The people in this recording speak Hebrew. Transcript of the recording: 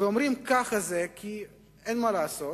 ואומרים, ככה זה, כי אין מה לעשות,